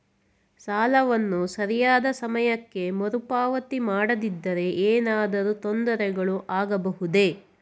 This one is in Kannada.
ಸಾಲವನ್ನು ಸರಿಯಾದ ಸಮಯಕ್ಕೆ ಮರುಪಾವತಿ ಮಾಡದಿದ್ದರೆ ಏನಾದರೂ ತೊಂದರೆಗಳು ಆಗಬಹುದೇ?